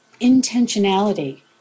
intentionality